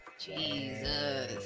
Jesus